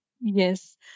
Yes